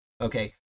okay